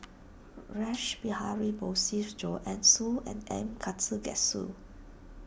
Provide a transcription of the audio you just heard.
Rash Behari Bose Joanne Soo and M Karthigesu